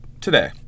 today